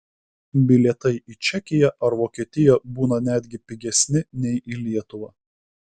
bilietai į čekiją ar vokietiją būna netgi pigesni nei į lietuvą